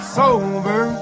sober